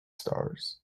stars